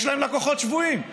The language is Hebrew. יש להם לקוחות שבויים.